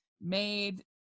made